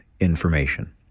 information